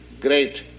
great